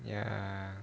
ya